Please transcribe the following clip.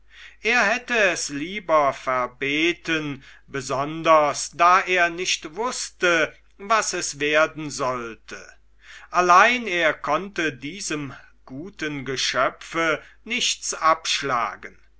er hätte es lieber verbeten besonders da er nicht wußte was es werden sollte allein er konnte diesem guten geschöpfe nichts abschlagen